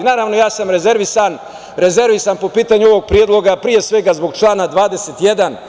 Naravno, ja sam rezervisan po pitanju ovog predloga, pre svega zbog člana 21.